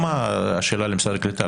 שאלה למשרד הקליטה,